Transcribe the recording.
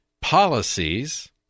policies